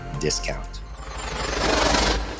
discount